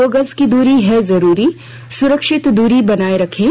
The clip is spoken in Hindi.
दो गज की दूरी है जरूरी सुरक्षित दूरी बनाए रखें